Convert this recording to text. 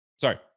Sorry